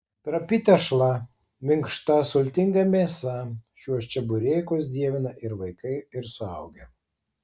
trapi tešla minkšta sultinga mėsa šiuos čeburekus dievina ir vaikai ir suaugę